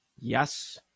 Yes